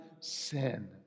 sin